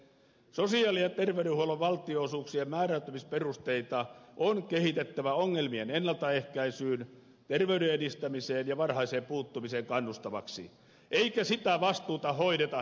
sosiaali ja terveydenhuollon valtionosuuksien määräytymisperusteita on kehitettävä ongelmien ennaltaehkäisyyn terveyden edistämiseen ja varhaiseen puuttumiseen kannustaviksi eikä sitä vastuuta hoideta hedelmäpeleillä